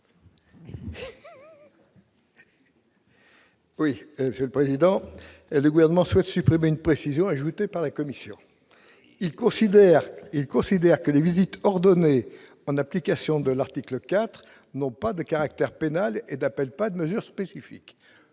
de la commission ? Le Gouvernement souhaite supprimer une précision ajoutée par la commission. Il considère que les visites ordonnées en application de l'article 4 n'ont pas de caractère pénal et n'appellent pas de mesures spécifiques.